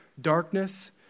darkness